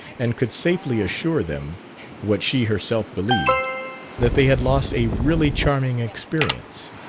and could safely assure them what she herself believed that they had lost a really charming experience.